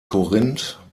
korinth